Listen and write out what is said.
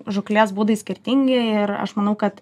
žūklės būdai skirtingi ir aš manau kad